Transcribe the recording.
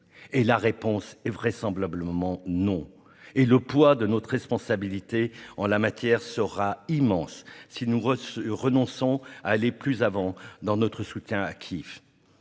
La réponse est vraisemblablement non ! Et le poids de notre responsabilité en la matière sera immense si nous renonçons à aller plus avant dans notre soutien à Kyiv.